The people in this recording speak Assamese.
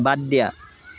বাদ দিয়া